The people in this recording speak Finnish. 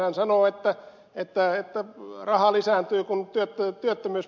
hän sanoo että raha lisääntyy kun työttömyys vähenee